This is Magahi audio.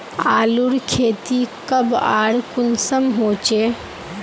आलूर खेती कब आर कुंसम होचे?